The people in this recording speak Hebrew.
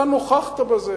אתה נוכחת בזה